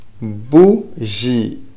Bougie